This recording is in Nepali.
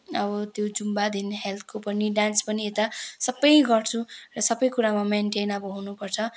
अब त्यो जुम्बादेखिको हेल्थको पनि डान्स पनि यता सबै गर्छु र सबै कुरामा मेन्टेन अब हुनुपर्छ